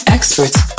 Experts